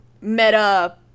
meta